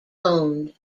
owned